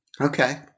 Okay